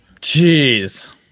Jeez